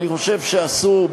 אני חושב שאסור,